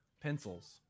pencils